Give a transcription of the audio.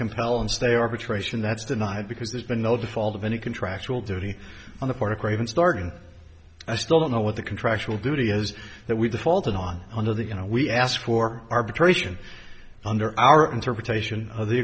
compel him stay arbitration that's denied because there's been no default of any contractual duty on the part of craven starting i still don't know what the contractual duty is that we defaulted on under the you know we asked for arbitration under our interpretation of the